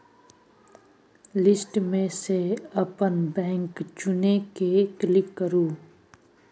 list मे सँ अपन बैंक चुनि कए क्लिक करु